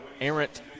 errant